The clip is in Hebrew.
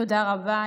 תודה רבה.